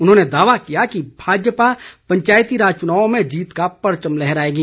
उन्होंने दावा किया कि भाजपा पंचायती राज चुनावों में जीत का परचम लहराएगी